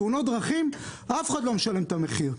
בתאונות דרכים אף אחד לא משלם את המחיר.